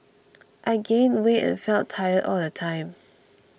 I gained weight and felt tired all the time